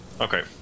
Okay